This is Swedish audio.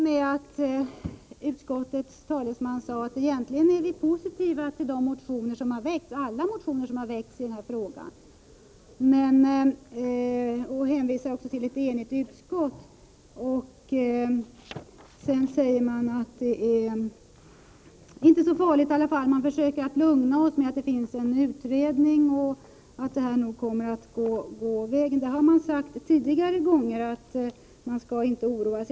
Herr talman! Det var ett något märkligt inlägg av Gunnar Olsson. Det började med att utskottets talesman sade att vi egentligen är positiva till alla motioner som har väckts i den här frågan. Han hänvisar också till ett enigt utskott. Sedan säger han att det inte är så farligt i alla fall. Man försöker lugna oss med att det pågår en utredning och att det här nog kommer att gå vägen. Man har också vid tidigare tillfällen sagt att vi inte skall oroa oss.